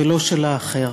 ולא של האחר.